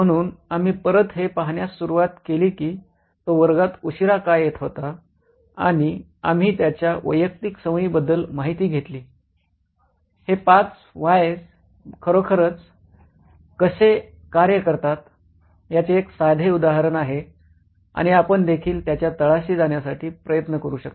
म्हणून आम्ही परत हे पाहण्यास सुरवात केली कि तो वर्गात उशिरा का येत होता आणि आम्ही त्याच्या वैयक्तिक सवयींबद्दल माहिती घेतली हे 5 व्हाय खरोखरच कसे कार्य करतात याचे एक साधे उदाहरण आहे आणि आपण देखील त्याच्या तळाशी जाण्यासाठी प्रयत्न करू शकता